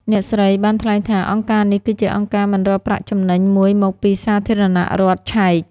អ្នកស្រីបានថ្លែងថា អង្គការនេះគឺជាអង្គការមិនរកប្រាក់ចំណេញមួយមកពីសាធារណរដ្ឋឆែក។